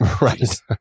right